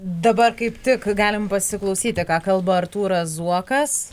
dabar kaip tik galim pasiklausyti ką kalba artūras zuokas